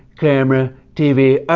camera, tv.